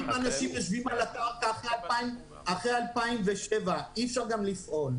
אם אנשים יושבים אחרי 2007 אי אפשר גם לפעול.